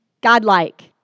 God-like